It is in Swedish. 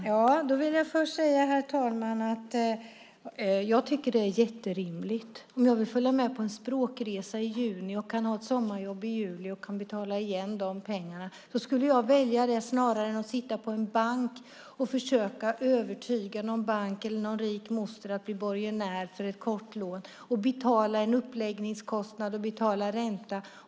Herr talman! Jag vill först säga att jag tycker att det är mycket rimligt. Om jag vill följa med på en språkresa i juni och kan ha ett sommarjobb i juli och betala igen de pengarna skulle jag välja det snarare än att sitta på en bank och försöka övertyga dem eller få en rik moster att bli borgensman för ett kort lån och betala en uppläggningskostnad och en ränta.